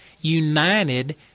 united